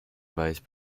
vice